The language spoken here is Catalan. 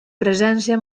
presència